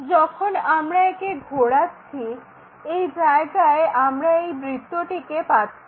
যখন আমরা একে ঘোরাচ্ছি এই জায়গায় আমরা এই বৃত্তটিকে পাচ্ছি